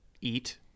eat